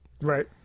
Right